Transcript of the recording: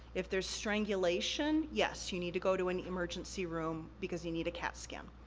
if there's strangulation, yes, you need to go to an emergency room because you need a cat scan.